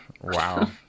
Wow